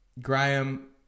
Graham